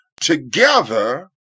together